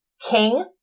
King